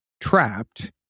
trapped